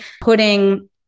putting